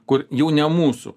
kur jau ne mūsų